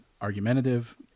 argumentative